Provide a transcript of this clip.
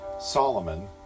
Solomon